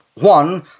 One